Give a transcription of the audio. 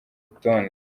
rutonde